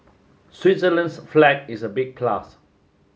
Switzerland's flag is a big plus